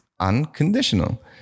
unconditional